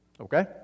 okay